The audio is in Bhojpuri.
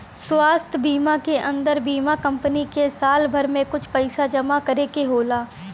स्वास्थ बीमा के अन्दर बीमा कम्पनी के साल भर में कुछ पइसा जमा करे के होला